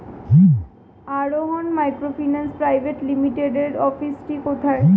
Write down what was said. আরোহন microfinance private লিমিটেডের অফিসটি কোথায়?